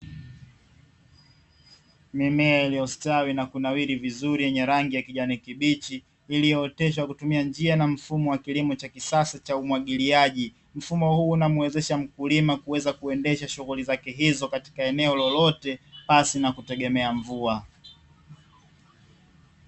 Mimea iliyostawi na kunawiri vizuri yenye rangi ya kijani kibichi, iliyooteshwa kwa kutumia njia na mfumo wa kilimo cha kisasa cha umwagiliaji. Mfumo huo unamuwezesha mkulima kuweza kuendesha shughuli zake hizo katika eneo lolote pasipo kutegemea mvua.